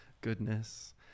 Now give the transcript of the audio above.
goodness